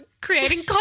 creating